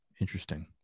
Interesting